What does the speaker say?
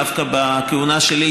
דווקא בכהונה שלי,